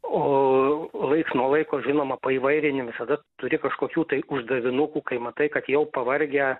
o laiks nuo laiko žinoma paįvairini visada turi kažkokių tai uždavinukų kai matai kad jau pavargę